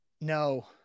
No